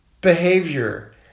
behavior